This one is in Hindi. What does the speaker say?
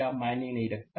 यह मायने नहीं रखता